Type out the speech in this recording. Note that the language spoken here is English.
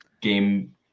game